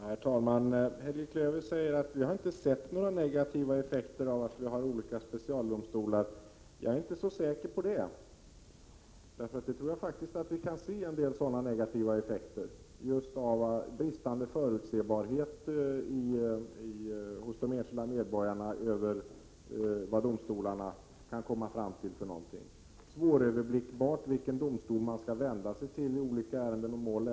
Herr talman! Helge Klöver säger att vi inte har sett några negativa effekter av att vi har olika specialdomstolar. Jag är inte så säker på det. Jag tror faktiskt att vi kan se en del sådana negativa effekter. Det blir bristande förutsebarhet hos de enskilda medborgarna om vad domstolarna kan komma fram till. Det blir svårt att överblicka vilken domstol man skall vända sig till i olika ärenden och mål.